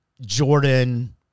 Jordan